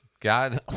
God